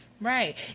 right